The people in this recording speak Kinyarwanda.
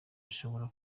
ashobora